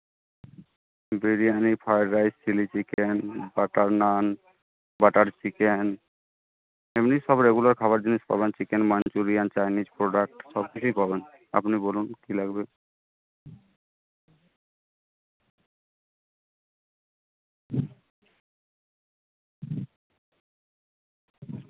biryani fried rice chilli chicken butter naan butter chicken এমনি সব regular খাবার জিনিস পাবেন চিকেন মাঞ্চুরিয়ান চাইনিজ প্রোডাক্ট সব কিছুই পাবেন আপনি বলুন কী লাগবে